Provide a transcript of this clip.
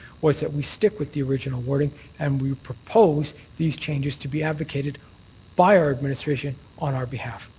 was that we stick with the original wording and we propose these changes to be advocated by our administration on our behalf.